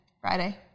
Friday